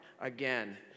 again